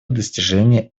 достижение